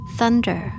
Thunder